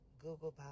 Google